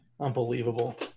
Unbelievable